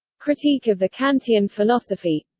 critique of the kantian philosophy